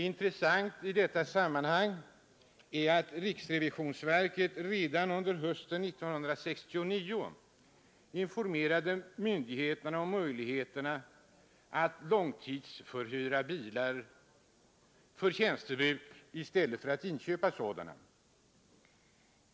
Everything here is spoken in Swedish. Intressant i detta sammanhang är att riksrevisionsverket redan under hösten 1969 informerade myndigheterna om möjligheterna att långtidsförhyra bilar för tjänstebruk i stället för att inköpa sådana.